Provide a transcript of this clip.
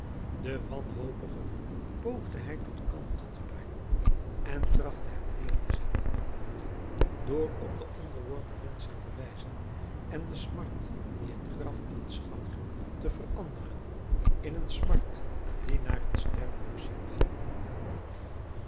den wanhopige poogde hij tot kalmte te brengen en trachtte hem neer te zetten door op den onderworpen mensch te wijzen en de smart die een graf aanschouwt te veranderen in een smart die naar een ster opziet